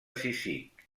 cízic